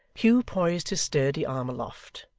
hugh poised his sturdy arm aloft,